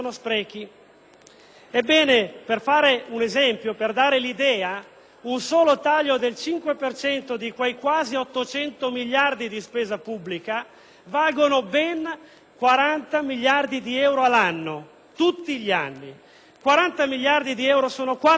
Per dare l'idea, un solo taglio del 5 per cento di quei quasi 800 miliardi di euro di spesa pubblica vale ben 40 miliardi di euro l'anno, tutti gli anni. 40 miliardi di euro sono quattro finanziarie;